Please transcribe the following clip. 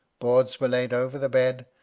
boards were laid over the bed,